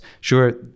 Sure